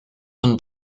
von